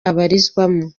abarizwamo